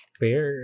fair